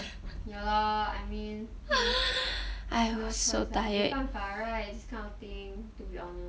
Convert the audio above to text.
ya lor I mean no choice [what] 没办法 right this kind of thing to be honest